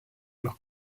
los